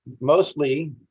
mostly